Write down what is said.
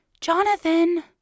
Jonathan